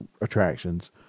attractions